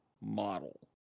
model